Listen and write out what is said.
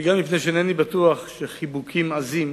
וגם מפני שאינני בטוח שחיבוקים עזים